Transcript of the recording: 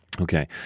Okay